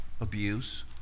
abuse